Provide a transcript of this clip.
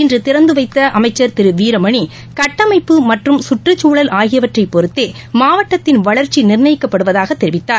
இன்றுதிறந்துவைத்தஅமைச்சர் திருவீரமணி கட்டமைப்பு மற்றும் அகனை சுற்றச்குழல் ஆகியவற்றைபொறுத்தேமாவட்டத்தின் வளர்ச்சிநிர்ணயிக்கப்படுவதாகதெரிவித்தார்